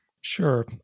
Sure